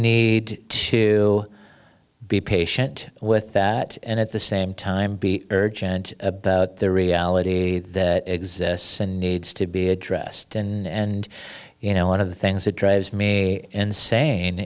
need to be patient with that and at the same time be urgent about the reality that exists and needs to be addressed and you know one of the things that drives me insane